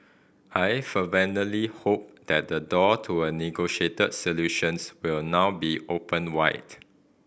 I fervently hope that the door to a negotiated solutions will now be opened wide